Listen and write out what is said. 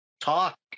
talk